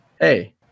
Hey